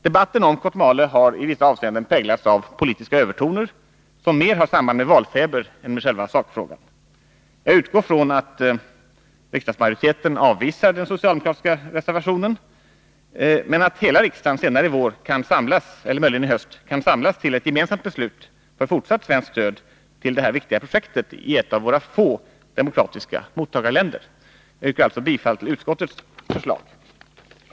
Debatten om Kotmale har i vissa avseenden präglats av politiska övertoner som mer har samband med valfeber än med själva sakfrågan. Jag utgår ifrån att riksdagsmajoriteten avvisar den socialdemokratiska reservationen men att hela riksdagen senare i vår eller möjligen i höst kan samlas till ett beslut om fortsatt svenskt stöd till det här viktiga projektet i ett av våra få demokratiska mottagarländer. Jag ansluter mig alltså till vad utskottet har anfört.